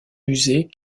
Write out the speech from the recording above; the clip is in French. musée